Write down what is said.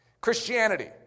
Christianity